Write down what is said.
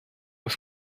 ist